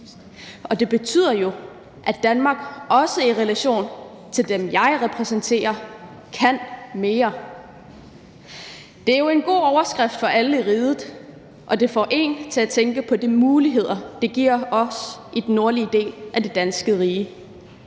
og det betyder jo, at Danmark også i relation til dem, jeg repræsenterer, kan mere. Det er jo en god overskrift for alle i riget, og den får en til at tænke på de muligheder, det giver os i den nordlige del af det danske rige.